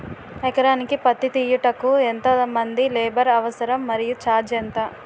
ఎకరానికి పత్తి తీయుటకు ఎంత మంది లేబర్ అవసరం? మరియు ఛార్జ్ ఎంత?